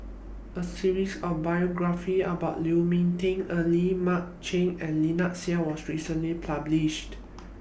A series of biographies about Lu Ming Teh Earl Mark Chan and Lynnette Seah was recently published